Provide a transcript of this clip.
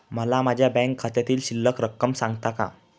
मला माझ्या बँक खात्यातील शिल्लक रक्कम सांगता का?